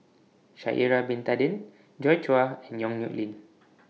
Sha'Ari Bin Tadin Joi Chua and Yong Nyuk Lin